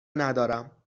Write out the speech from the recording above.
ندارم